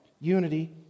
unity